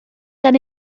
gan